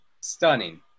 stunning